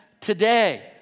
today